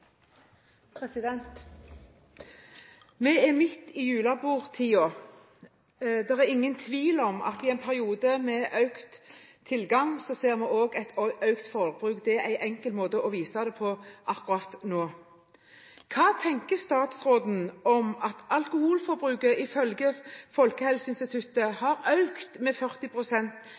er ingen tvil om at det i en periode med økt tilgang, ser vi også økt forbruk. Det er en enkel måte å vise det på akkurat nå. Hva tenker statsråden om at alkoholforbruket ifølge Folkehelseinstituttet har økt med